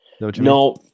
No